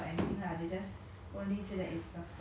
because of a few months of inactivity